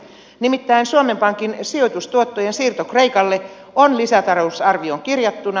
nimittäin suomen pankin sijoitustuottojen siirto kreikalle on lisätalousarvioon kirjattuna